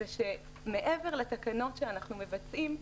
שמעבר לתקנות שאנחנו מבצעים,